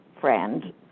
friend